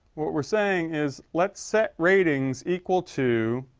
what we're saying is, let's set ratings equal to.